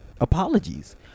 apologies